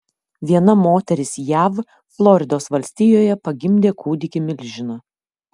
viena moteris jav floridos valstijoje pagimdė kūdikį milžiną